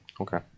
okay